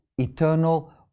eternal